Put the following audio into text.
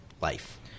life